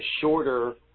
shorter